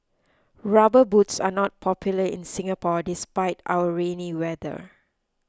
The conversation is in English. rubber boots are not popular in Singapore despite our rainy weather